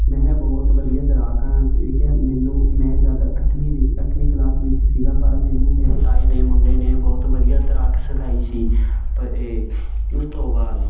ਮੈਂ ਬਹੁਤ ਵਧੀਆ ਤੈਰਾਕ ਹਾਂ ਇੱਕ ਹੈ ਮੈਨੂੰ ਮੈਂ ਜਦ ਅੱਠਵੀਂ ਵਿ ਅੱਠਵੀਂ ਕਲਾਸ ਵਿੱਚ ਸੀਗਾ ਪਰ ਮੈਨੂੰ ਮੇਰੇ ਤਾਏ ਦੇ ਮੁੰਡੇ ਨੇ ਬਹੁਤ ਵਧੀਆ ਤੈਰਾਕੀ ਸਿਖਾਈ ਸੀ ਪਰ ਇਹ ਉਸ ਤੋਂ ਬਾਅਦ